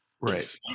Right